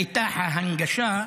בקצרה.